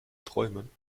träumen